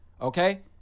Okay